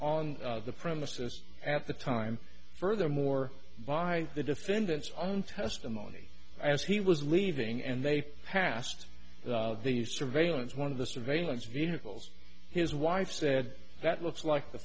on the premises at the time furthermore by the defendant's own testimony as he was leaving and they passed the surveillance one of the surveillance vehicles his wife said that looks like the